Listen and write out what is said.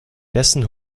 dessen